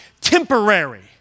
temporary